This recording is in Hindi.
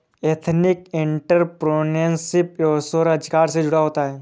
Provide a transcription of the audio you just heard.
एथनिक एंटरप्रेन्योरशिप स्वरोजगार से जुड़ा होता है